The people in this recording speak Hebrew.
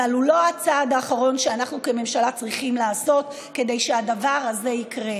אבל היא לא הצעד האחרון שאנחנו כממשלה צריכים לעשות כדי שהדבר הזה יקרה.